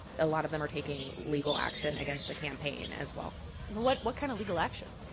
a lot of them are taking legal action against the campaign as well but what what kind of legal action?